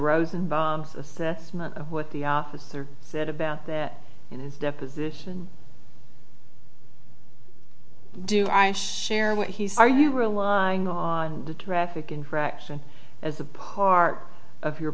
rosenbaum assessment of what the officer said about that in his deposition do i share what he says are you relying on the traffic infraction as a part of your